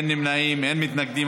אין נמנעים, אין מתנגדים.